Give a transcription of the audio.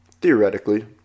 Theoretically